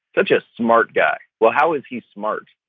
such a smart guy. well, how is he smart?